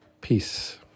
peace